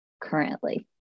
currently